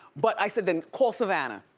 but i said, then call savannah,